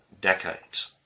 decades